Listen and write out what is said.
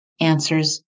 answers